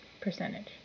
percentage